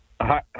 Hi